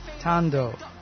Tando